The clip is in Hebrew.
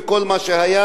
וכל מה שהיה,